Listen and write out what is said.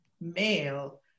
male